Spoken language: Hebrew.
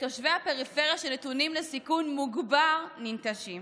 ותושבי הפריפריה, שנתונים לסיכון מוגבר, ננטשים.